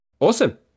Awesome